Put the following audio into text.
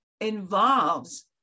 involves